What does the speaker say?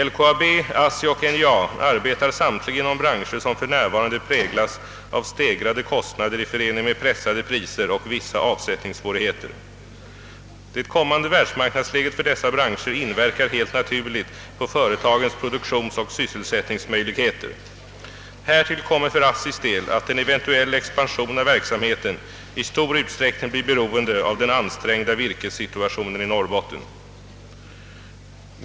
LKAB, ASSI och NJA arbetar samtliga inom branscher, som för närvarande präglas av stegrade kostnader i förening med pressade priser och vissa avsättningssvårigheter. Det kommande världsmarknadsläget för dessa branscher inverkar helt naturligt på företagens produktionsoch sysselsättningsmöjligheter. Härtill kommer för ASSI:s del att en eventuell expansion av verksamheten i stor utsträckning blir beroende av den ansträngda virkessituationen i Norrbotten.